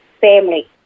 family